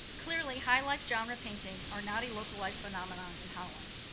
clearly, high life genre painting are not a localized phenomenon in holland.